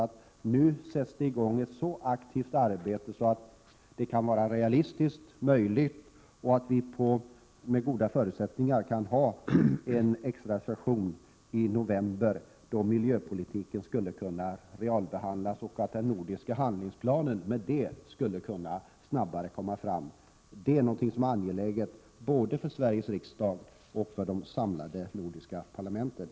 Det bör nu sättas i gång ett så aktivt arbete som det är realistiskt möjligt att genomföra, så att vi med goda förutsättningar kan ha en extrasession i november, då miljöpolitiken skulle realbehandlas för att den nordiska handlingsplanen snabbare skall kunna komma fram. Detta är nämligen någonting som är angeläget både för Sveriges riksdag och för de samlade nordiska parlamenten.